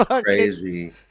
crazy